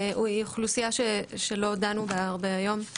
היא אוכלוסייה שלא דנו בה הרבה היום,